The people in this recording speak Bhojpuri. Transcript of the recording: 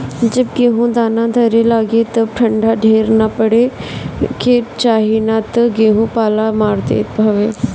जब गेहूँ दाना धरे लागे तब ठंडा ढेर ना पड़े के चाही ना तऽ गेंहू पाला मार देत हवे